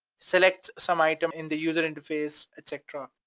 select some item in the user interface, et cetera,